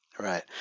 Right